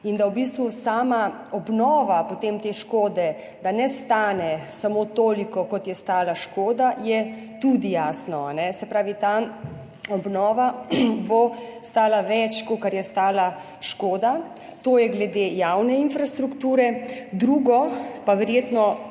in da v bistvu potem sama obnova te škode ne stane samo toliko, kot je stala škoda, je tudi jasno, se pravi, ta obnova bo stala več, kolikor je stala škoda. To je glede javne infrastrukture. Drugo, pa verjetno